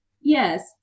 Yes